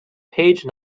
page